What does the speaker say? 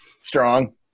Strong